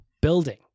building